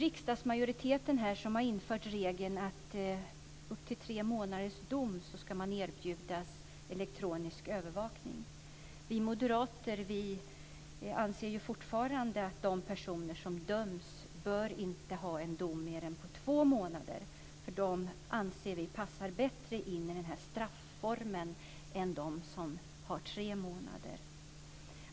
Riksdagsmajoriteten har infört regeln att vid upp till tre månaders dom ska man erbjudas elektronisk övervakning. Vi moderater anser fortfarande att de personer som döms inte bör ha en dom på mer än två månader. Vi anser att de passar bättre in i strafformen än de som har tre månader.